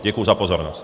Děkuji za pozornost.